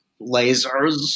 lasers